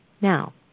Now